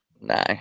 No